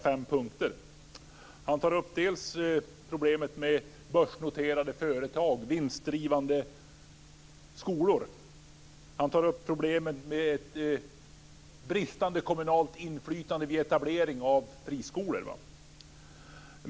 Det gäller dels problemet med börsnoterade företag och vinstdrivande skolor, dels problemet med bristande kommunalt inflytande vid etablering av friskolor.